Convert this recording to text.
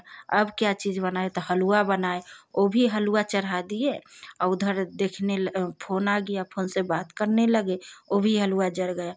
अब क्या चीज़ बनाए त हलवा बनाए वह भी हलवा चढ़ा दिए और उधर देखने ल फोन आ गया फोन से बात करने लगे वह भी हलवा जल गया